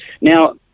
Now